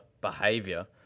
behavior